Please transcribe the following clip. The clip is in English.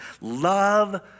Love